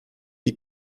die